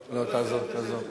לא, תעזוב, תעזוב.